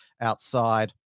outside